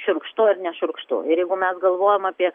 šiurkštu ar nešiurkštu ir jeigu mes galvojam apie